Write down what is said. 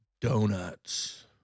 donuts